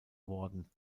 worden